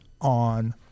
on